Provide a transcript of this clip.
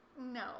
no